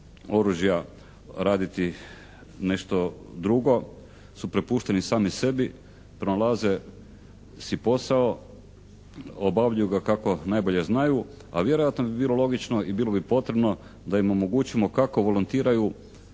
oružja raditi nešto drugo su prepušteni sami sebi. Pronalaze si posao, obavljaju ga kako najbolje znaju a vjerojatno bi bilo logično i bilo bi potrebno da im omogućimo kako volontiraju